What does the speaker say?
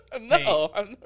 No